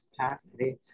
capacity